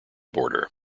border